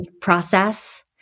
process